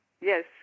Yes